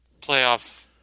playoff